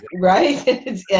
right